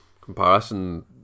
comparison